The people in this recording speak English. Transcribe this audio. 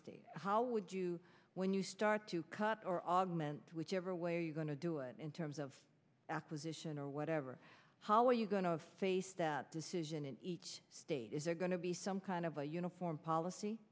state how would you when you start to cut or augment whichever way you going to do it in terms of acquisition or whatever how are you going to face that decision in each state is there going to be some kind of a uniform policy